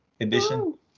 edition